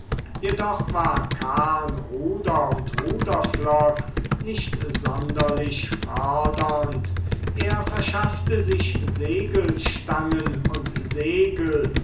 jedoch war kahn ruder und ruderpflock nicht sonderlich fördernd er verschaffte sich segelstangen und segel